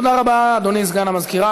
תודה רבה, אדוני סגן המזכירה.